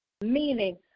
Meaning